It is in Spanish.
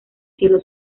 cielo